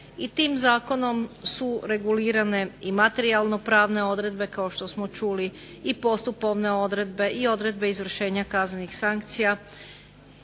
i tim zakonom su regulirane i materijalno-pravne odredbe kao što smo čuli i postupovne odredbe i odredbe i odredbe izvršenja kaznenih sankcija,